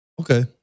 okay